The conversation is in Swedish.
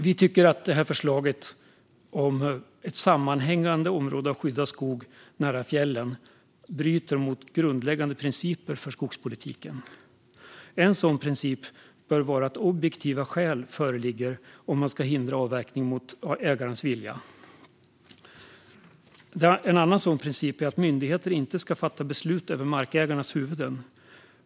Vi tycker att förslaget om ett sammanhängande område av skyddad skog nära fjällen bryter mot grundläggande principer för skogspolitiken. En sådan princip bör vara att objektiva skäl föreligger om man ska hindra avverkning mot ägarens vilja. En annan sådan princip är att myndigheter inte ska fatta beslut över markägarnas huvuden.